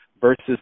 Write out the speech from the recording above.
versus